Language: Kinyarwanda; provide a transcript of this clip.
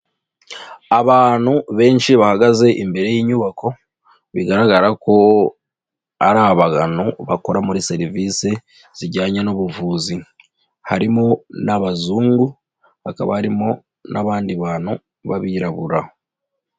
Abantu benshi bahagaze imbere y'inyubako, bigaragara ko ari aba bakora muri serivisi zijyanye n'ubuvuzi. Harimo n'Abazungu hakaba harimo n'abandi bantu b'Abirabura.